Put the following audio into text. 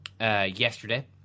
yesterday